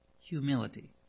humility